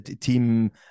team